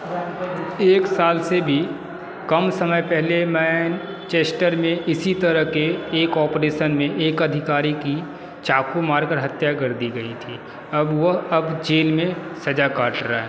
एक साल से भी कम समय पहले मैनचेस्टर में इसी तरह के एक ऑपरेशन में एक अधिकारी की चाकू मारकर हत्या कर दी गई थी अब वह अब जेल में सज़ा काट रहा है